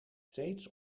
steeds